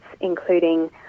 including